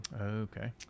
Okay